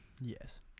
Yes